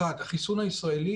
אחת, החיסון הישראלי